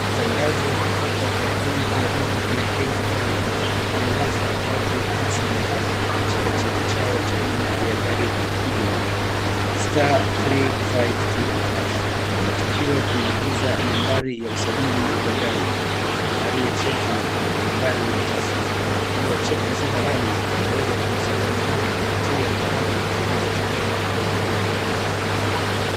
Tangazo kutoka kampuni ya bima ya Kenya orient likieleza watu jinsi ya kudhibitisha cheti chao cha bima ya gari kwa kupiga *352# , unatakiwa kuingiza nambari ya usajili wa gari, nambari ya cheti na nambari ya chasis . Ikiwa cheti si halali, unaweza kuwasiliana nao kupitia nambari zilizotolewa au barua pepe.